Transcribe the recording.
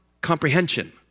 comprehension